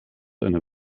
eine